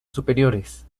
superiores